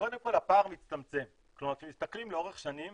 קודם כל הפער מצטמצם, כלומר כשמסתכלים לאורך שנים